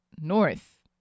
north